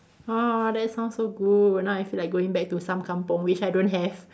oh that sounds so good now I feel like going back to some kampung which I don't have